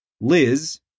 Liz